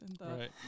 Right